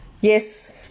Yes